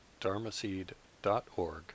dharmaseed.org